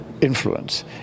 influence